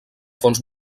fonts